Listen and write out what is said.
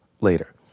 later